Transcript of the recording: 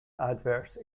adverse